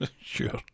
Sure